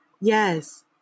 Yes